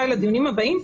אולי לדיונים הבאים,